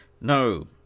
No